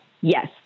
Yes